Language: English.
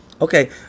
Okay